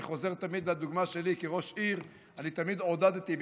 אני חוזר תמיד לדוגמה שלי כראש עיר: אני תמיד עודדתי,